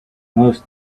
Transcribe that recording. most